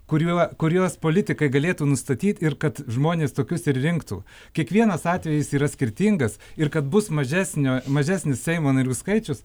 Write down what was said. kuriuo kuriuos politikai galėtų nustatyt ir kad žmonės tokius ir rinktų kiekvienas atvejis yra skirtingas ir kad bus mažesnio mažesnis seimo narių skaičius